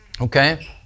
Okay